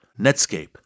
Netscape